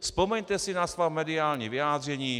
Vzpomeňte si na svá mediální vyjádření.